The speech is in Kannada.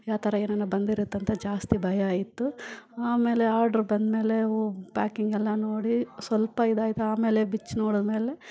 ಯಾವ್ತರ ಏನೇನೋ ಬಂದಿರುತ್ತಂತ ಜಾಸ್ತಿ ಭಯ ಇತ್ತು ಆಮೇಲೆ ಆರ್ಡ್ರ್ ಬಂದಮೇಲೆ ಓ ಪ್ಯಾಕಿಂಗೆಲ್ಲ ನೋಡಿ ಸ್ವಲ್ಪ ಇದಾಯ್ತು ಆಮೇಲೆ ಬಿಚ್ಚಿ ನೋಡಿದ್ಮೇಲೆ